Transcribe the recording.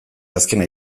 azkena